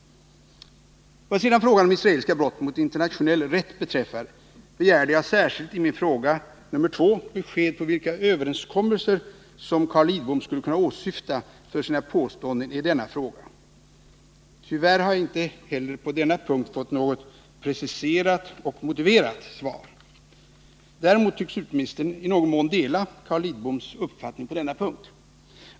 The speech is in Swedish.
Vad sedan frågan om israeliska brott mot internationell rätt beträffar begärde jag särskilt i min andra fråga besked om vilka överenskommelser som Carl Lidbom skulle kunna åsyfta för sina påståenden i denna fråga. Tyvärr har jag inte heller på denna punkt fått något preciserat och motiverat svar. Däremot tycks utrikesministern inte i någon mån dela Carl Lidboms uppfattning på denna punkt.